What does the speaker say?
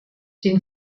den